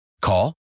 Call